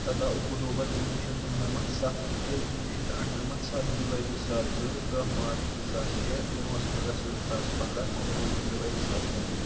سداہ اکتوٗبَر کُنوُہ شیٚتھ نَمنَمَتھ سَتھ اپریل کُنوُہ شَتھ اَڑنَمَتھ سَتھ جُلاٮٔی زٕ ساس زٕ دہ مارٕچ زٕ ساس شیےٚ پانٛژھ اگست زٕ ساس پنٛداہ کُنوُہ جُلاٮٔی زٕ ساس کُنوُہ